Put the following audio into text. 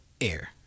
air